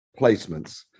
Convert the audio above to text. placements